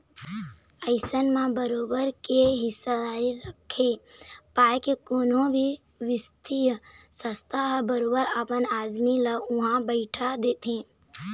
अइसन म बरोबर के हिस्सादारी रखे पाय के कोनो भी बित्तीय संस्था ह बरोबर अपन आदमी ल उहाँ बइठाही देथे